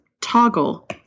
toggle